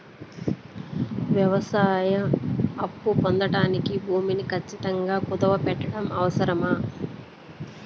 వ్యవసాయ అప్పు పొందడానికి భూమిని ఖచ్చితంగా కుదువు పెట్టడం అవసరమా?